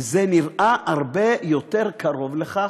וזה נראה הרבה יותר קרוב לכך.